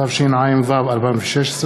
התשע"ו 2016,